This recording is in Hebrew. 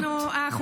אושר ובריאות.